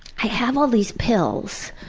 i have all these pills!